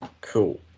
Cool